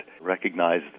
recognize